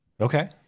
Okay